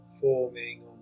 forming